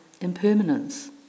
impermanence